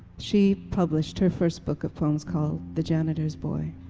she published her first book of poems called the janitor's boy.